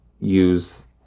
use